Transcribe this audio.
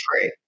true